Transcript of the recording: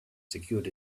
secured